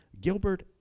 Gilbert